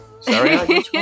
Sorry